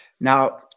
now